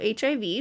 HIV